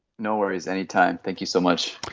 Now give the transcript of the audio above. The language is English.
no worries, any time, thank you so much.